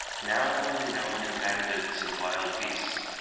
now only known to bandits and wild beasts.